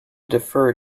defer